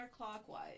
counterclockwise